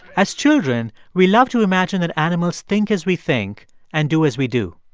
as children, we love to imagine that animals think as we think and do as we do.